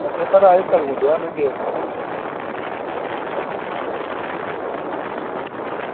अच्छा भला एह् कदूं ऐ ब्याह् एह् मिगी डेट सनागे भला